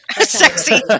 sexy